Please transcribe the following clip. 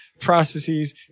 Processes